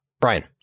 Brian